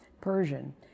Persian